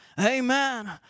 Amen